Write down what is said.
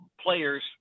players